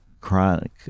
chronic